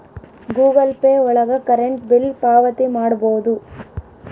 Google Pay ಒಳಗ current bill ಪಾವತಿ ಮಾಡ್ಬೋದು